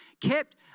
kept